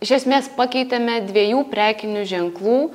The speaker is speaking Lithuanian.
iš esmės pakeitėme dviejų prekinių ženklų